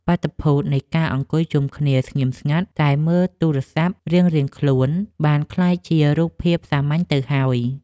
បាតុភូតនៃការអង្គុយជុំគ្នាស្ងៀមស្ងាត់តែមើលទូរស័ព្ទរៀងៗខ្លួនបានក្លាយជារូបភាពសាមញ្ញទៅហើយ។